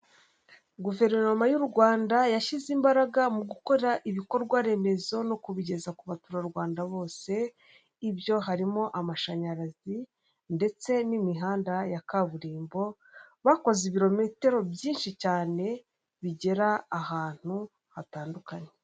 Guverinoma y'u Rwanda yashyize imbaraga mu gukora ibikorwaremezo no kubigeza ku baturarwanda bose, ibyo harimo amashanyarazi, ndetse n'imihanda ya kaburimbo, bakoze ibirometero byinshi cyane bigera ahantu hatandukanye.